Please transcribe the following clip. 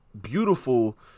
beautiful